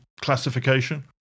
classification